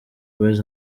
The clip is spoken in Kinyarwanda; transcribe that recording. boyz